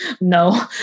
no